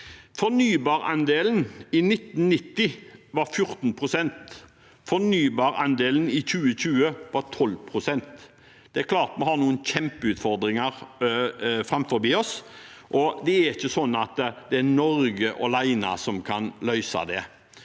Fornybarandelen i 1990 var 14 pst. Fornybarandelen i 2020 var 12 pst. Det er klart vi har noen kjempeutfordringer framfor oss, og det er ikke slik at det er Norge alene som kan løse det.